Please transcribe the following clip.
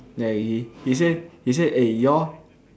ya he he say he say eh you all